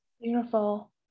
beautiful